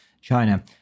China